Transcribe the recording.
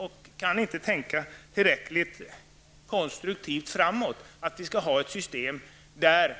Man kan inte tänka tillräckligt konstruktivt framåt. Vi måste få ett system där